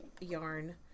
yarn